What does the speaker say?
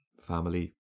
Family